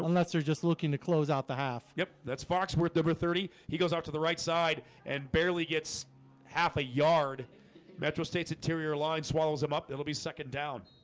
unless they're just looking to close out the half. yep that's foxworth over thirty. he goes out to the right side and barely gets half a yard metro state's interior line swallows him up. it'll be second down